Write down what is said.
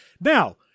Now